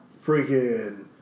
freaking